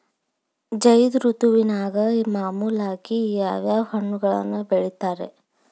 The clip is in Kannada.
ಝೈದ್ ಋತುವಿನಾಗ ಮಾಮೂಲಾಗಿ ಯಾವ್ಯಾವ ಹಣ್ಣುಗಳನ್ನ ಬೆಳಿತಾರ ರೇ?